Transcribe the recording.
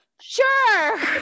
Sure